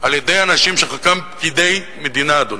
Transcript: על-ידי אנשים שחלקם פקידי מדינה, אדוני,